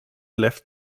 left